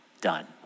done